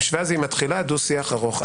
ואז היא מתחילה דו שיח ארוך.